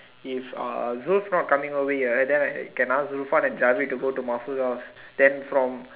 if uh Zul's not coming over here then I can ask Zulfan and Javid to go to Marsia's house then from